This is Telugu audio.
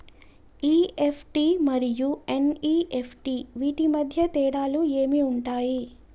ఇ.ఎఫ్.టి మరియు ఎన్.ఇ.ఎఫ్.టి వీటి మధ్య తేడాలు ఏమి ఉంటాయి?